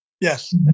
Yes